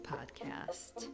Podcast